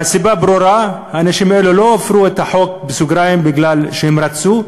והסיבה ברורה: האנשים האלה לא הפרו את החוק בגלל שהם רצו,